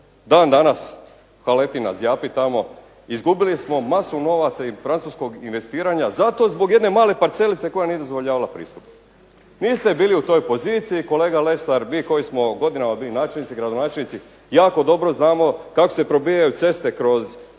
dan dana haletina zjapi tamo, izgubili smo masu novaca i francuskog investiranja zato zbog jedne male parcelice koja nije dozvoljavala pristup. Vi ste bili u toj poziciji, kolega Lesar. Mi koji smo godinama bili načelnici, gradonačelnici jako dobro znamo kako se probijaju ceste kroz